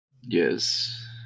Yes